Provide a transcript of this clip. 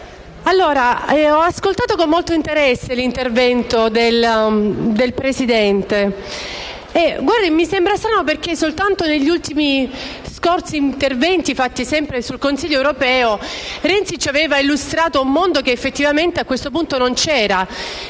Ho ascoltato con molto interesse l'intervento del Presidente del Consiglio e mi sembra strano perché negli scorsi interventi svolti sempre in vista del Consiglio europeo Renzi ci aveva illustrato un mondo che effettivamente a questo punto non c'era.